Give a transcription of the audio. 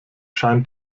scheint